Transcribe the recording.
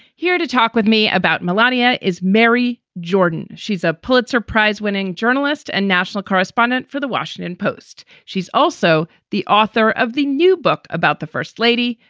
here to talk with me about melania is mary jordan. she's a pulitzer prize winning journalist and national correspondent for the washington post. she's also the author of the new book about the first lady,